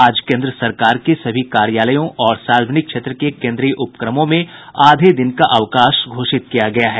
आज केंद्र सरकार के सभी कार्यालयों और सार्वजनिक क्षेत्र के केंद्रीय उपक्रमों में आधे दिन का अवकाश घोषित किया गया है